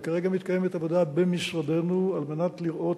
וכרגע מתקיימת עבודה במשרדנו על מנת לראות